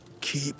keep